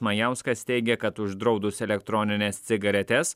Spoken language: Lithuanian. majauskas teigia kad uždraudus elektronines cigaretes